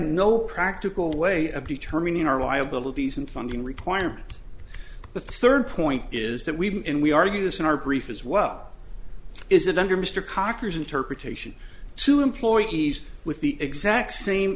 no practical way of determining our liabilities and funding requirements the third point is that we and we argue this in our brief as well is that under mr cocker's interpretation two employees with the exact same